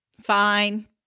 fine